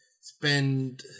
spend